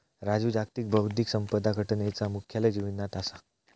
राजू जागतिक बौध्दिक संपदा संघटनेचा मुख्यालय जिनीवात असा